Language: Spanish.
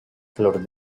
flor